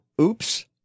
oops